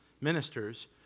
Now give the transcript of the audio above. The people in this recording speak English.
ministers